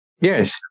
Yes